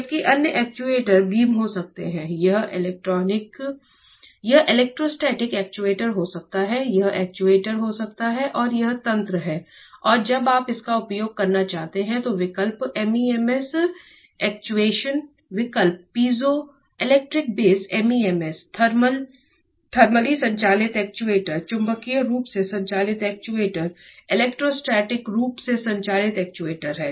जबकि अन्य actuator beam हो सकते हैं यह इलेक्ट्रोस्टैटिक एक्ट्यूएटर हो सकता है यह एक्ट्यूएटर हो सकता है और यह तंत्र है और जब आप इसका उपयोग करना चाहते हैं तो विकल्प MEMS एक्ट्यूएशन विकल्प पीजोइलेक्ट्रिक बेस MEMS थर्मली संचालित एक्ट्यूएटर चुंबकीय रूप से संचालित एक्ट्यूएटर इलेक्ट्रोस्टैटिक रूप से संचालित एक्ट्यूएटर हैं